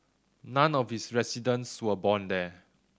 none of its residents were born there